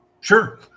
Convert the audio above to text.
sure